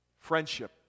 Friendship